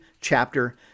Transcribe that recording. chapter